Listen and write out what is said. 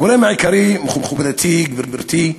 הגורם העיקרי, מכובדתי, גברתי,